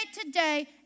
today